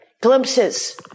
glimpses